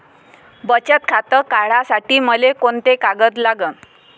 बचत खातं काढासाठी मले कोंते कागद लागन?